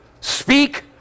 speak